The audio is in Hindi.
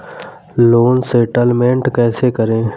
लोन सेटलमेंट कैसे करें?